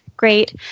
great